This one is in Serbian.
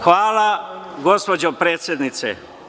Hvala gospođo predsednice.